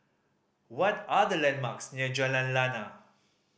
what are the landmarks near Jalan Lana